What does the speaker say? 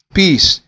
peace